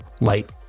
light